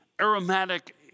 aromatic